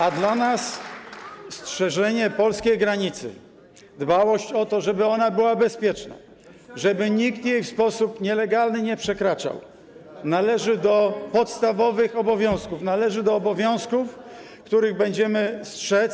A dla nas strzeżenie polskiej granicy, dbałość o to, żeby ona była bezpieczna, żeby nikt jej w sposób nielegalny nie przekraczał, należy do podstawowych obowiązków, należy do obowiązków, których będziemy strzec.